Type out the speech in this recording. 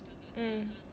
mm